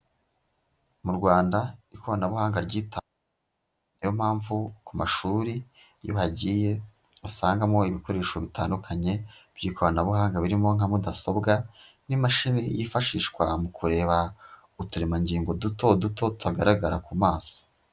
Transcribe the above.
Mu Rwanda ikoranabuhanga ryita niyo mpamvu ku mashuri iyo hagiye usangamo ibikoresho bitandukanye by'ikoranabuhanga birimo nka mudasobwa n'imashini yifashishwa mu kureba uturemangingo duto duto tugaragara ku maso.